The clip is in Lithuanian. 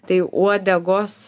tai uodegos